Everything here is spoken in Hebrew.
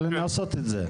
אבל המדינות עושות את זה.